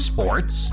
Sports